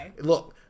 Look